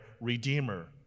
redeemer